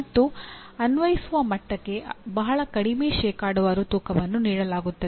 ಮತ್ತು ಅನ್ವಯಿಸುವ ಮಟ್ಟಕ್ಕೆ ಬಹಳ ಕಡಿಮೆ ಶೇಕಡಾವಾರು ತೂಕವನ್ನು ನೀಡಲಾಗುತ್ತದೆ